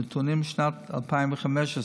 נתונים משנת 2015,